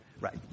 Right